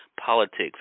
politics